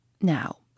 now